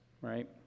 right